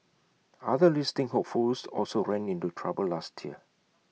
other listing hopefuls also ran into trouble last year